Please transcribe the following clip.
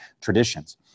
traditions